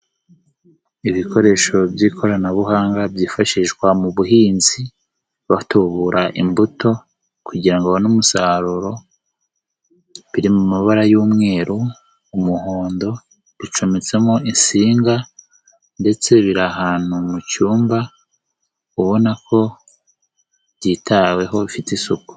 Ibikoresho by'ikoranabuhanga byifashishwa mu buhinzi, batubura imbuto kugirango babone umusaruro, biri mu mabara y'umweru, umuhondo, bicometsemo insinga ndetse bira ahantu mu cyumba, ubona ko byitaweho bifite isuku.